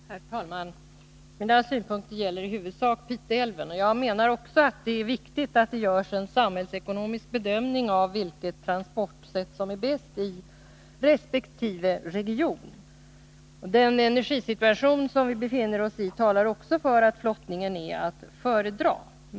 Herr talman! Mina synpunkter gäller i huvudsak Pite älv, och jag menar också att det är viktigt att det görs en samhällsekonomisk bedömning av vilket transportsätt som är bäst i resp. region. Den energisituation som vi befinner oss i talar också för att flottningen är att föredra.